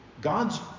God's